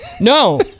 no